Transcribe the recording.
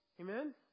Amen